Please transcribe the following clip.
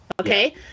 Okay